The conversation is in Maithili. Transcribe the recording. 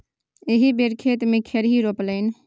एहि बेर खेते मे खेरही रोपलनि